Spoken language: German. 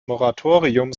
moratorium